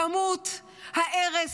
כמות הארס,